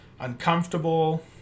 Uncomfortable